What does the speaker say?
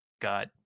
got